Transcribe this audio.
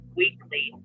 weekly